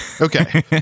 Okay